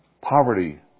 poverty